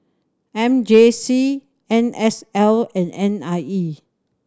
M J C N S L and N I E